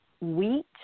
wheat